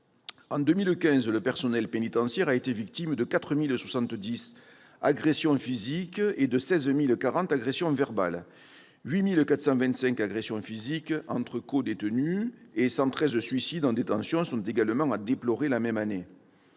En 2015, le personnel pénitentiaire a été victime de 4 070 agressions physiques et de 16 040 agressions verbales ; 8 425 agressions physiques entre codétenus et 113 suicides en détention sont également à déplorer la même année.